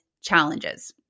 challenges